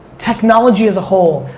technology as a whole,